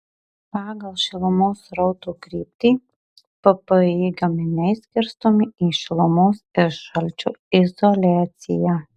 pagal šilumos srauto kryptį ppi gaminiai skirstomi į šilumos ir šalčio izoliaciją